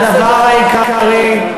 הדבר העיקרי,